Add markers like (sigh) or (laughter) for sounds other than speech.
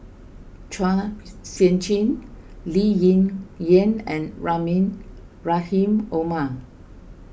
Chua Sian Chin Lee Ling Yen and (unintelligible) Rahim Omar